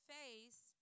face